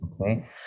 Okay